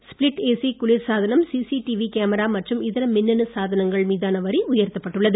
split AC குளிர்சாதனம் CCTV camera மற்றும் இதர மின்னணு சாதனங்கள் மீதான வரி உயர்த்தப் பட்டுள்ளது